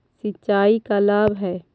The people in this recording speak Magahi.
सिंचाई का लाभ है?